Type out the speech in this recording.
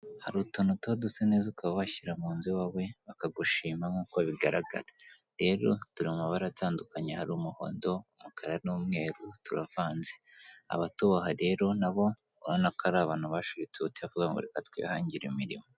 Hari utuntu tuba dusa neza ukaba wadushyira mu nzu iwawe bakagushima nk'uko bigaragara, rero turi mu mabara atandukanye, hari umuhondo, umukara n'umweru turavanze, abatuboha rero nabo urabona ko ari abantu bashiritse ubute bakavuga ngo reka twihangire imirimo.